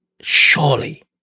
Surely